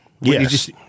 Yes